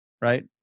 right